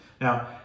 Now